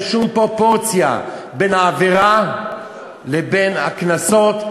אין שום פרופורציה בין העבירה לבין הקנסות.